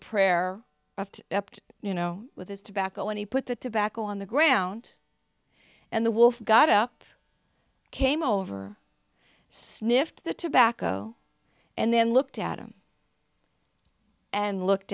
prayer of ept you know with his tobacco and he put the tobacco on the ground and the wolf got up came over sniffed the tobacco and then looked at him and looked